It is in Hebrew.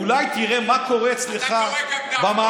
אולי תראה מה קורה אצלך במערכת.